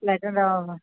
फ्लेटान रावोंक